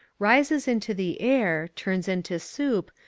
rises into the air, turns into soup,